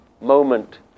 moment